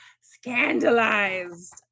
scandalized